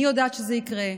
אני יודעת שזה יקרה,